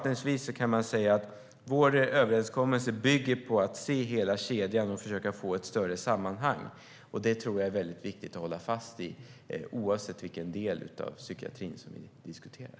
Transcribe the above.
Vår överenskommelse bygger på att se hela kedjan och försöka få ett större sammanhang. Det är viktigt att hålla fast vid oavsett vilken del av psykiatrin vi diskuterar.